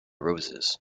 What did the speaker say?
roses